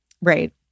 Right